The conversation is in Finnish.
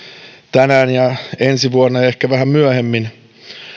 tänään ja ensi vuonna ja ehkä vähän myöhemmin